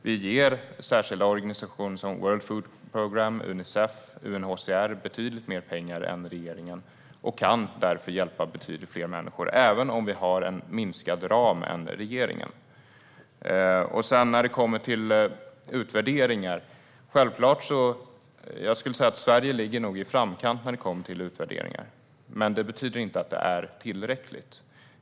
Vi ger särskilda organisationer som World Food Programme, Unicef och UNHCR betydligt mer pengar än regeringen och kan därför hjälpa betydligt fler människor även om vi har en mindre ram än regeringen. Sverige ligger i framkant när det gäller utvärderingar, men det betyder inte att det är tillräckligt.